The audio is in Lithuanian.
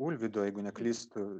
ulvydo jeigu neklystu